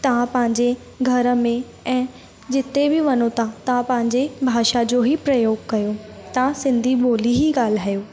तव्हां पंहिंजे घर में ऐं जिते बि वञो था तव्हां पंहिंजे भाषा जो ई प्रयोग कयो तव्हां सिंधी ॿोली ई गाल्हायो